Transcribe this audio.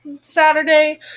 Saturday